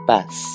Bus